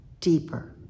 deeper